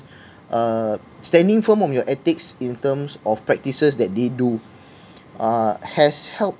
uh standing firm on your ethics in terms of practices that they do uh has helped